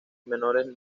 menores